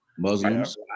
Muslims